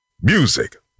Music